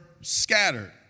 scattered